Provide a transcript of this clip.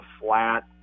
flat